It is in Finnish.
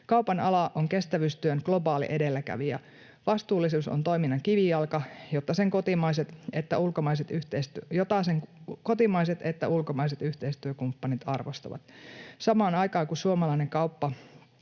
Kaupan ala on kestävyystyön globaali edelläkävijä. Vastuullisuus on toiminnan kivijalka, jota sekä kotimaiset että ulkomaiset yhteistyökumppanit arvostavat. Samaan aikaan, kun suomalainen kauppa